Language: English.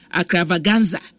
akravaganza